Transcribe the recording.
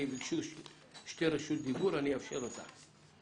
ביקשו שתי בקשות רשות דיבור ואני אאפשר אותן,